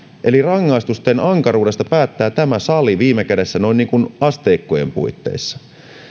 eli rangaistusten ankaruudesta päättää tämä sali viime kädessä asteikkojen puitteissa